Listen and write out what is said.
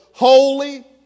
Holy